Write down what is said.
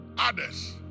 Others